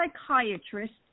psychiatrist